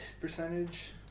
percentage